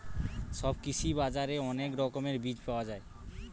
সব কৃষি বাজারে অনেক রকমের বীজ পাওয়া যায়